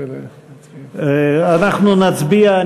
אנחנו נצביע.